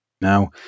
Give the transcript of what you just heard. Now